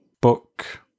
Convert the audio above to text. Book